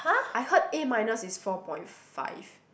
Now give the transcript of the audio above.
I heard A minus is four point five